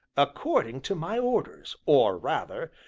according to my orders, or rather,